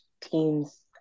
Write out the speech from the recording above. team's